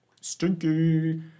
Stinky